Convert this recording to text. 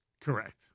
Correct